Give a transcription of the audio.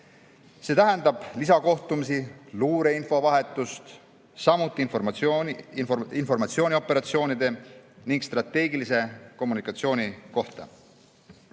See tähendab lisakohtumisi, luureinfo vahetust, samuti informatsiooni operatsioonide ning strateegilise kommunikatsiooni kohta.